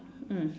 mm